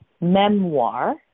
memoir